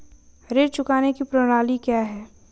ऋण चुकाने की प्रणाली क्या है?